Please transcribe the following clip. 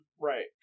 Right